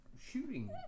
shooting